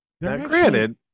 Granted